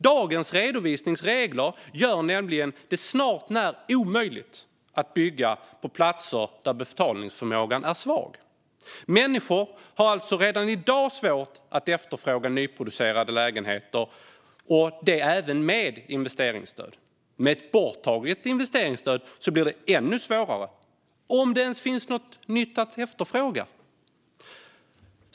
Dagens redovisningsregler gör det nämligen hart när omöjligt att bygga på platser där betalningsförmågan är svag. Människor har alltså redan i dag svårt att efterfråga nyproducera lägenheter, även med investeringsstöd. Med ett borttaget investeringsstöd blir det ännu svårare, om det ens finns något nytt att efterfråga.